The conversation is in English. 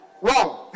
Wrong